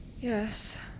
Yes